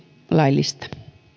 laillista